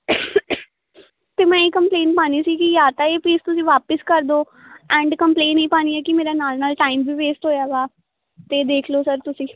ਤਾਂ ਮੈਂ ਇਹ ਕੰਪਲੇਨ ਪਾਉਣੀ ਸੀ ਕਿ ਜਾਂ ਤਾਂ ਇਹ ਪੀਸ ਤੁਸੀਂ ਵਾਪਿਸ ਕਰ ਦਓ ਐਂਡ ਕੰਪਲੇਨ ਇਹ ਪਾਉਣੀ ਆ ਕਿ ਮੇਰਾ ਨਾਲ ਨਾਲ ਟਾਈਮ ਵੀ ਵੇਸਟ ਹੋਇਆ ਵਾ ਤਾਂ ਦੇਖ ਲਓ ਸਰ ਤੁਸੀਂ